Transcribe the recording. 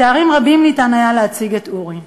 בתארים רבים היה אפשר להציג את אורי: